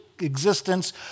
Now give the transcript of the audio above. Existence